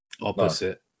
opposite